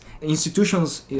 institutions